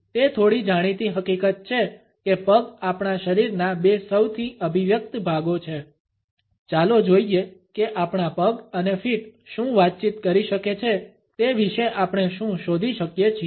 તે થોડી જાણીતી હકીકત છે કે પગ આપણા શરીરના બે સૌથી અભિવ્યક્ત ભાગો છે ચાલો જોઈએ કે આપણા પગ અને ફીટ શું વાતચીત કરી શકે છે તે વિશે આપણે શું શોધી શકીએ છીએ